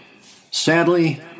Sadly